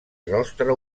rostre